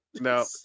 no